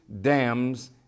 dams